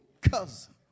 cousin